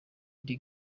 lady